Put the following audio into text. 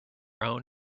own